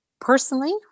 Personally